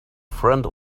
friend